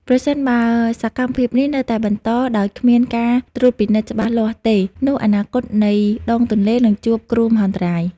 ប្រសិនបើសកម្មភាពនេះនៅតែបន្តដោយគ្មានការត្រួតពិនិត្យច្បាស់លាស់ទេនោះអនាគតនៃដងទន្លេនឹងជួបគ្រោះមហន្តរាយ។